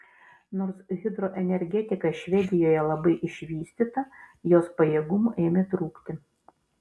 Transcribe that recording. nors hidroenergetika švedijoje labai išvystyta jos pajėgumų ėmė trūkti